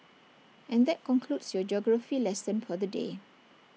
and that concludes your geography lesson for the day